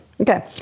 Okay